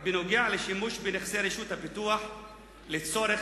בנוגע לשימוש בנכסי רשות הפיתוח לצורך